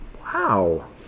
Wow